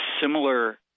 similar